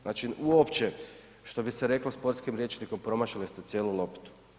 Znači uopće što bi se rekli sportskim rječnikom, promašili ste cijelu loptu.